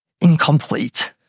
incomplete